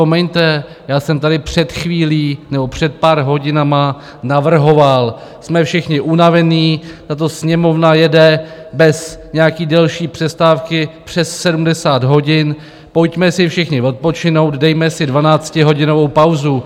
Vždyť si vzpomeňte, já jsem tady před chvílí, nebo před pár hodinami navrhoval, jsme všichni unavení, tato Sněmovna jede bez nějaké delší přestávky přes 70 hodin, pojďme si všichni odpočinout, dejme si 12hodinovou pauzu.